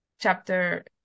chapter